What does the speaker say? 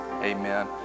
Amen